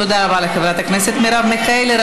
תודה רבה לחברת הכנסת מרב מיכאלי.